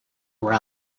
were